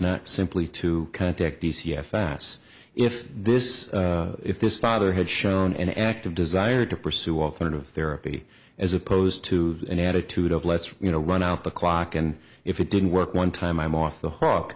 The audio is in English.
not simply to contact d c i fasts if this if this father had shown an active desire to pursue alternative therapy as opposed to an attitude of let's you know run out the clock and if it didn't work one time i'm off the hook